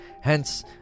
hence